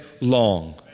long